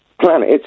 planet